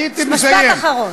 משפט אחרון.